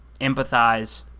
empathize